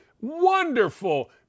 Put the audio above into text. wonderful